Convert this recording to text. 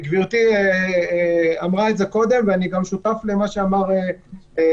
גברתי אמרה את זה קודם ואני שותף גם למה שאמר יונתן